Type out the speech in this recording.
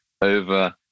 over